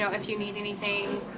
if you need anything,